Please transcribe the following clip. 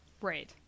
Right